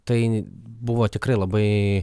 tai buvo tikrai labai